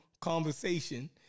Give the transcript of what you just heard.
conversation